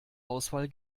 auswahl